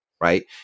right